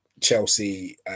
Chelsea